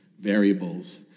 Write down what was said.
variables